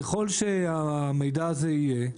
ככל שהמידע הזה יהיה,